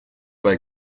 bei